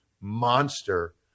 monster